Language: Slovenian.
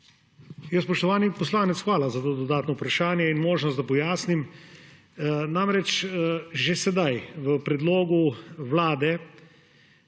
Spoštovani poslanec, hvala za to dodatno vprašanje in možnost, da pojasnim. Namreč že sedaj je v predlogu Vlade